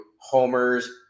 homers